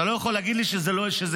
אתה לא יכול להגיד לי שזה הגיוני.